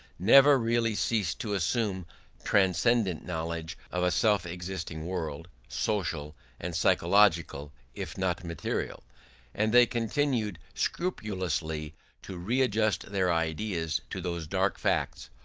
never really ceased to assume transcendent knowledge of a self-existing world, social and psychological, if not material and they continued scrupulously to readjust their ideas to those dark facts,